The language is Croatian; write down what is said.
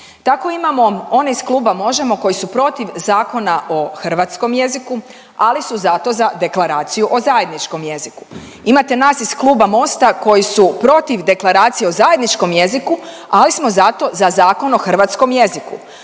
Tako imamo one iz kluba MOŽEMO koji su protiv Zakona o hrvatskom jeziku, ali su zato za deklaraciju o zajedničkom jeziku. Imate nas iz Kluba Mosta koji su protiv deklaracije o zajedničkom jeziku, ali smo zato za Zakon o hrvatskom jeziku,